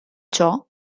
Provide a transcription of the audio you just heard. ciò